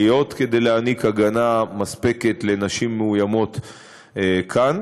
בו כדי להעניק הגנה מספקת לנשים מאוימות כאן.